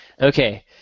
Okay